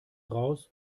raus